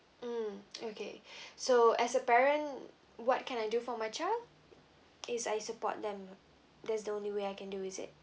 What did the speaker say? mm okay so as a parent what can I do for my child is I support them that's the only way I can do is it